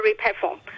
platform